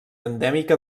endèmica